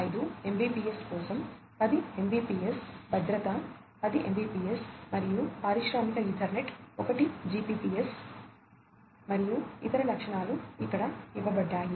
5 Mbps కోసం 10 mbps భద్రత 10 Mbps మరియు పారిశ్రామిక ఈథర్నెట్ 1Gbps మరియు ఇతర లక్షణాలు ఇక్కడ ఇవ్వబడ్డాయి